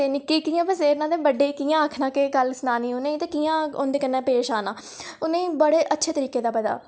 ते निक्कें ई कि'यां पसेरना ते बड्डें ई कि'यां आखना केह् गल्ल सनानी उ'ने ई ते कि'यां उं'दे कन्नै पेश आना उ'नें ई बड़े अच्छे तराके दा पता